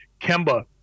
Kemba